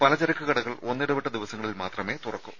പലചരക്ക് കടകൾ ഒന്നിടവിട്ട ദിവസങ്ങളിൽ മാത്രമേ തുറക്കൂ